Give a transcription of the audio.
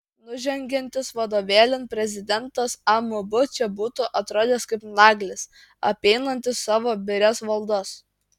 nužengiantis vadovėlin prezidentas amb čia būtų atrodęs kaip naglis apeinantis savo birias valdas